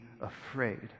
afraid